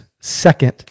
second